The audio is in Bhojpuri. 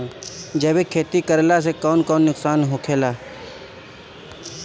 जैविक खेती करला से कौन कौन नुकसान होखेला?